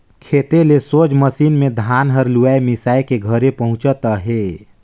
खेते ले सोझ मसीन मे धान हर लुवाए मिसाए के घरे पहुचत अहे